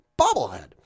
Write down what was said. bobblehead